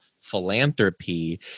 philanthropy